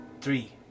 three